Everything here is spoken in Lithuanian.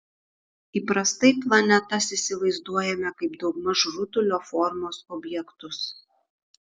įprastai planetas įsivaizduojame kaip daugmaž rutulio formos objektus